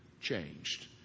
changed